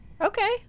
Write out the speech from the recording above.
Okay